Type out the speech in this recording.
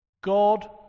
God